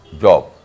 job